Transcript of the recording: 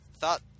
thought